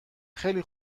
خیلی